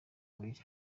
bubiri